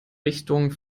richtung